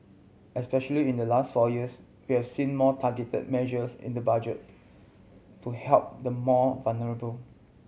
especially in the last four years we have seen more targeted measures in the Budget to help the more vulnerable